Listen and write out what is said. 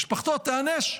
משפחתו תיענש,